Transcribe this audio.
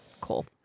Cool